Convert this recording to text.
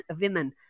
women